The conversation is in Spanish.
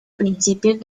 principios